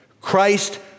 Christ